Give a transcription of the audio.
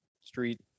Street